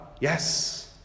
Yes